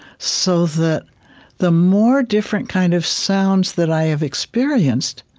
so that the more different kind of sounds that i have experienced,